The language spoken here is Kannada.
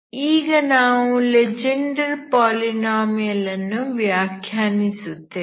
ಈಗ ನಾವು ಲೆಜೆಂಡರ್ ಪಾಲಿನಾಮಿಯಲ್ ಅನ್ನು ವ್ಯಾಖ್ಯಾನಿಸುತ್ತೇವೆ